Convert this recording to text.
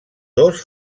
dos